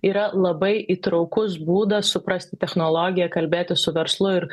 yra labai įtraukus būdas suprasti technologiją kalbėti su verslu ir